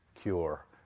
cure